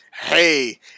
Hey